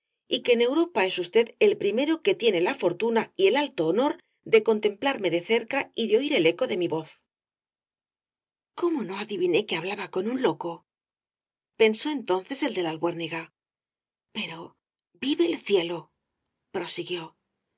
y que en europa es usted el primero que tiene la fortuna y el alto honor de contemplarme de cerca y de oir el eco de mi voz cómo no adiviné que hablaba con un loco pensó entonces el de la albuérniga pero vive el cielo prosiguió